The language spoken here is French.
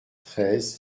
treize